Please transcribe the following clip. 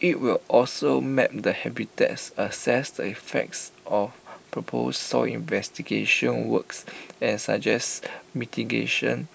IT will also map the habitats assess the effects of proposed soil investigation works and suggest mitigation